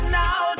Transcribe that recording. now